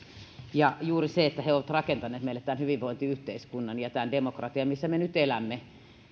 ja kun he ovat rakentaneet meille tämän hyvinvointiyhteiskunnan ja tämän demokratian missä me nyt elämme